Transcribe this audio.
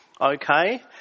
Okay